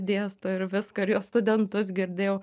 dėsto ir viską ir jos studentus girdėjau